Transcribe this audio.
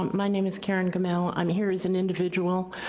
my name is karen gamelle i'm here as an individual.